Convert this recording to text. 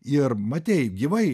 ir matei gyvai